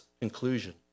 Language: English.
conclusion